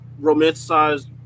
romanticized